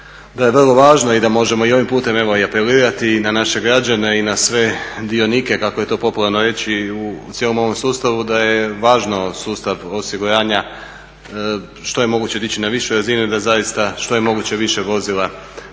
da je vrlo važno i da možemo i ovim putem evo i apelirati na naše građane i na sve dionike kako je to popularno reći u cijelom ovom sustavu da je važno sustav osiguranja što je moguće dići na višu razinu i da zaista što je moguće više vozila